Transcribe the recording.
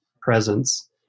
presence